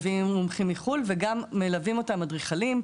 מביאים מומחים מחו"ל וגם מלווים אותם אדריכלים,